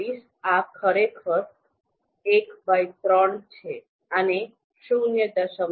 ૩૩ આ ખરેખર ૧૩ છે અને ૦